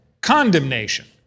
Condemnation